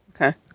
Okay